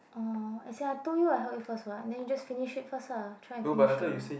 oh as in I told you I help you first [what] then you just finish it first ah try to finish it ah